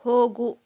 ಹೋಗು